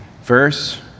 Verse